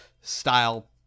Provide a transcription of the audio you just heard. style